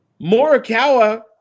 Morikawa